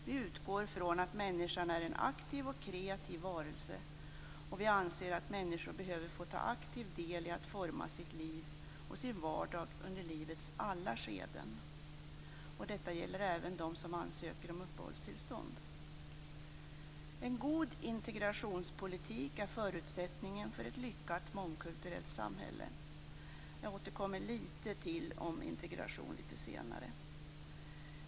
Vi utgår från att människan är en aktiv och kreativ varelse, och vi anser att människor behöver få ta aktiv del i att forma sitt liv och sin vardag under livets alla skeden. Detta gäller även dem som ansöker om uppehållstillstånd. En god integrationspolitik är förutsättningen för ett lyckat mångkulturellt samhälle. Jag återkommer lite till integration senare.